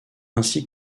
ainsi